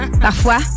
Parfois